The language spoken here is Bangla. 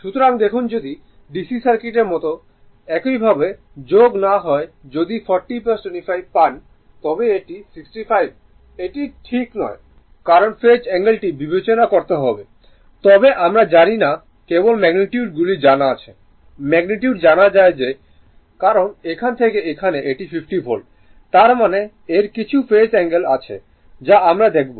সুতরাং দেখুন যদি DC সার্কিটের মতো এইভাবে যোগ না হয় যদি 40 25 পান তবে এটি 65 এটি সঠিক নয় কারণ ফেজ অ্যাঙ্গেলটি বিবেচনা করতে হবে তবে আমরা জানি না কেবল ম্যাগনিটিউড গুলি জানা আছে ম্যাগনিটিউড জানা যায় যে কারণে এখান থেকে এখানে এটি 50 ভোল্ট তার মানে এর কিছু ফেজ অ্যাঙ্গেল আছে যা আমরা দেখব